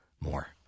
more